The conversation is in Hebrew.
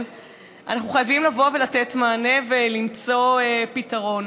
אנחנו חייבים לבוא ולתת מענה ולמצוא פתרון